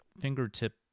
fingertip